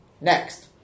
Next